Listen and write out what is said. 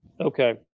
Okay